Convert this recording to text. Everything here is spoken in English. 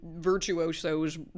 virtuosos